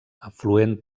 afluent